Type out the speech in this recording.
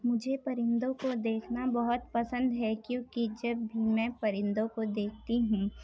مجھے پرندوں کو دیکھنا بہت پسند ہے کیونکہ جب بھی میں پرندوں کو دیکھتی ہوں